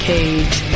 Cage